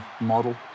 model